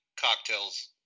cocktails